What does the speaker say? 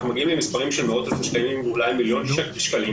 אנחנו מגיעים למספרים שהם מאוד --- אולי מיליון שקלים,